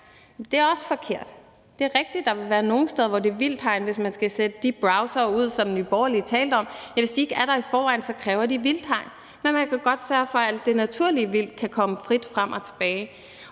det er også forkert. Det er rigtigt, at der vil være nogle steder, hvor det er vildthegn, hvis man skal sætte de browsere ud, som Nye Borgerlige talte om. Og hvis det ikke er der i forvejen, så kræver det et vildthegn, men man kan godt sørge for, at alt det naturlige vildt kan komme frit frem og tilbage.